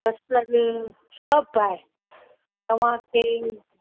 बसरु सभु आहे तव्हांखे